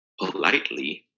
politely